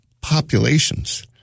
populations